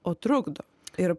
o trukdo ir